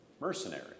mercenary